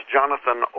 Jonathan